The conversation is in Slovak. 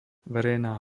verejná